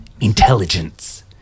Intelligence